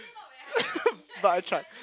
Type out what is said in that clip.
but I tried